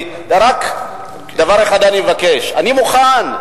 דבר אחד אני מבקש: אני מוכן,